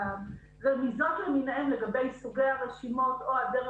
והרמיזות לגבי סוגי הרשימות או הדרך